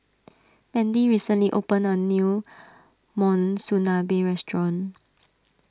Mandy recently opened a new Monsunabe restaurant